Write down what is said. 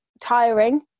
tiring